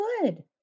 good